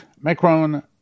Macron